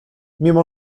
mimo